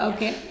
Okay